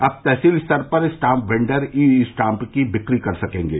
अब तहसील स्तर पर स्टाम्प वेंडर ई स्टाम्प की बिक्री कर सकेंगे